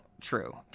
True